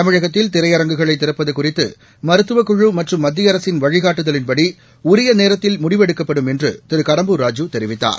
தமிழகத்தில் திரையரங்குகளை திறப்பது குறித்து மருத்துவக் குழு மற்றும் மத்திய அரசின் வழிகாட்டுதலின்படி உரிய நேரத்தில் முடிவு எடுக்கப்படும் என்று திரு கடம்பூர் ராஜு தெரிவித்தார்